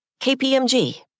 KPMG